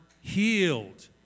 healed